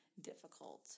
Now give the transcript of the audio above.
difficult